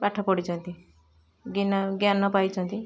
ପାଠ ପଢ଼ିଛନ୍ତି ଜ୍ଞାନ ପାଇଛନ୍ତି